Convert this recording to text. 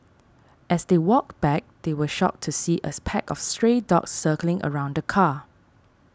as they walked back they were shocked to see a pack of stray dogs circling around the car